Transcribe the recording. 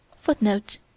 Footnote